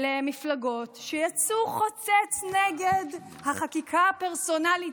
הוא מפלגות שיצאו חוצץ נגד החקיקה הפרסונלית,